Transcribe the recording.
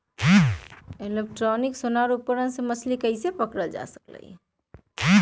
electronic sonar उपकरण से भी मछली पकड़ल जा सका हई